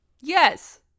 yes